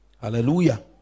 hallelujah